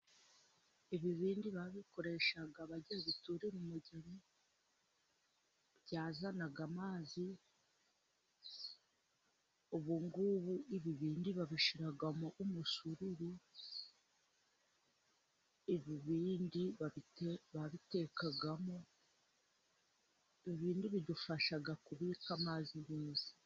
Ibibindi babikoreshaga bagiye guturira umugeni, byazanaga amazi, ubu ngubu ibibindi babishyiramo umusururu, ibibindi babitekagamo, ibibindi bidufasha kubika amazi neza.